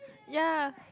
ya